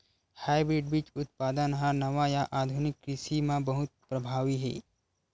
hybrid बीज उत्पादन हा नवा या आधुनिक कृषि मा बहुत प्रभावी हे